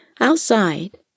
Outside